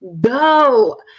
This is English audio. go